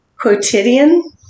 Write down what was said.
quotidian